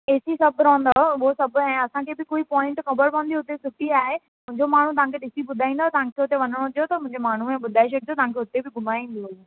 ए C सफ़र हून्दव उहो सभु ऐं असांखे बि पूरी पॉइंट ख़बर पवंदी उते सुठी आहे मुंहिंजो माण्हूं तव्हां खे ॾिसी ॿुधाईन्दव तव्हां खे उते वञिणो हुजेव त मुंहिंजे माण्हूअ खे ॿुधाए छॾिजो तव्हां खे उते बि घुमाए ईंदव